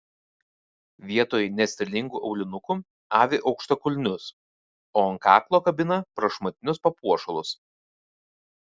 vietoj nestilingų aulinukų avi aukštakulnius o ant kaklo kabina prašmatnius papuošalus